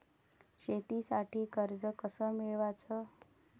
शेतीसाठी कर्ज कस मिळवाच?